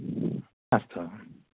अस्तु